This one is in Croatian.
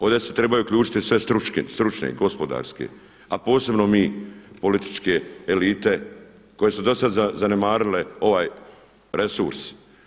Ovdje se trebaju uključiti sve stručne i gospodarske a posebno mi političke elite koje su do sada zanemarile ovaj resurs.